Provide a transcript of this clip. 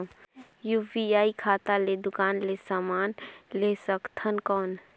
UPI खाता ले दुकान ले समान ले सकथन कौन?